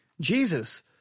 Jesus